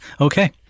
Okay